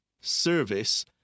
service